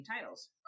titles